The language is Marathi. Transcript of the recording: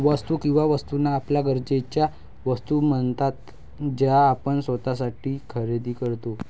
वस्तू किंवा वस्तूंना आपल्या गरजेच्या वस्तू म्हणतात ज्या आपण स्वतःसाठी खरेदी करतो